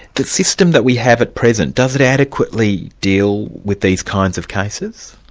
the system that we have at present, does it adequately deal with these kinds of cases?